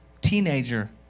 teenager